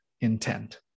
intent